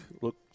Look